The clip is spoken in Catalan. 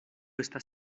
estar